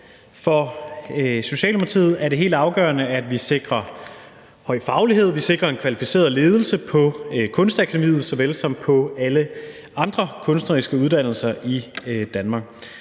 For Socialdemokratiet er det helt afgørende, at vi sikrer høj faglighed, og at vi sikrer en kvalificeret ledelse på Kunstakademiet såvel som på alle andre kunstneriske uddannelser i Danmark.